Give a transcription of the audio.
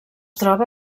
troba